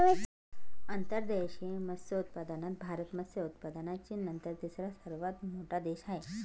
अंतर्देशीय मत्स्योत्पादनात भारत मत्स्य उत्पादनात चीननंतर तिसरा सर्वात मोठा देश आहे